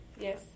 Yes